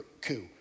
coup